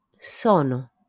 sono